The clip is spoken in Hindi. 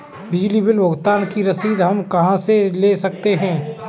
बिजली बिल भुगतान की रसीद हम कहां से ले सकते हैं?